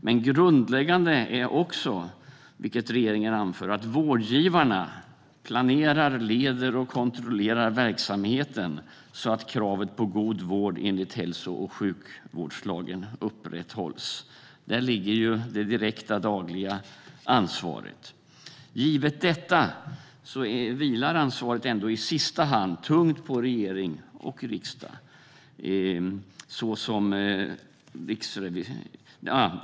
Men grundläggande är också, vilket regeringen anför, att vårdgivarna planerar, leder och kontrollerar verksamheten så att kravet på god vård enligt hälso och sjukvårdslagen upprätthålls. Där ligger det direkta dagliga ansvaret. Givet detta vilar ändå ansvaret i sista hand tungt på regering och riksdag.